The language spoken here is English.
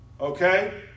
Okay